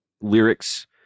lyrics